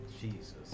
Jesus